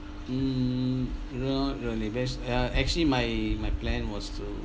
mm not really bas~ uh actually my my plan was to